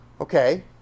Okay